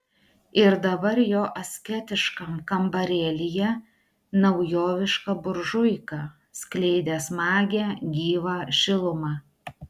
ir dabar jo asketiškam kambarėlyje naujoviška buržuika skleidė smagią gyvą šilumą